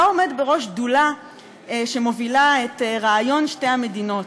אתה עומד בראש שדולה שמובילה את רעיון שתי המדינות.